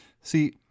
see